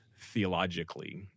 theologically